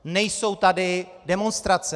Nejsou tady demonstrace.